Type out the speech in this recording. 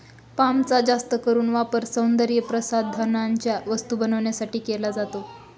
पामचा जास्त करून वापर सौंदर्यप्रसाधनांच्या वस्तू बनवण्यासाठी केला जातो